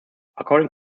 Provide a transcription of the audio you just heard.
according